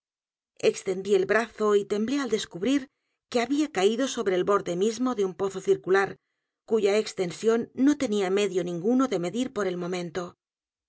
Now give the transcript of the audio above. extendí el brazo y temblé al descubrir que había caído sobre el borde mismo de un pozo circular cuya extensión no tenía m e dio ninguno de medir por el momento